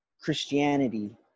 Christianity